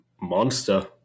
monster